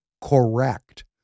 correct